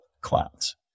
clouds